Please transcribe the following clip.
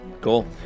Cool